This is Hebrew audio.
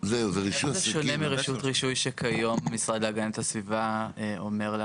זה שונה מרשות רישוי שכיום המשרד להגנת הסביבה אומרת